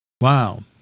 Wow